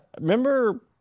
Remember